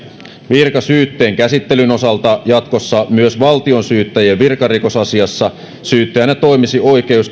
virkasyytteen käsittelyn osalta jatkossa myös valtionsyyttäjien virkarikosasiassa syyttäjänä toimisi oikeuskansleri tai